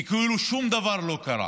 וכאילו שום דבר לא קרה,